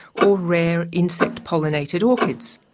or rare insect-pollinated orchids.